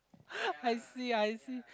I see I see